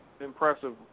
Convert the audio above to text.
impressive